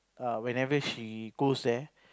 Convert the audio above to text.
err whenever she goes there